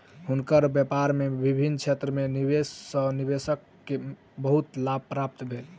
हुनकर व्यापार में विभिन्न क्षेत्र में निवेश सॅ निवेशक के बहुत लाभ प्राप्त भेल